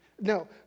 No